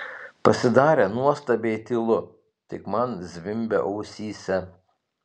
pasidarė nuostabiai tylu tik man zvimbė ausyse